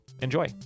Enjoy